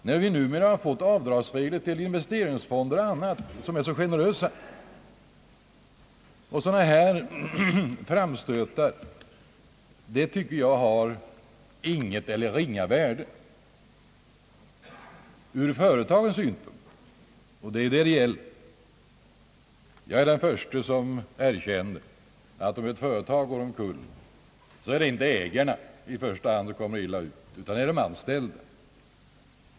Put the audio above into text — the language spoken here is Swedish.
När vi numera fått avdragsregler för avsättning till investeringsfonder och annat som är ytterligt generösa. Framstötar av detta slag har intet eller ringa värde ur företagens synpunkt, och det är ju det det gäller. Jag är den förste att erkänna att om ett företag går omkull är det inte i första hand ägaren som drabbas utan de anställda.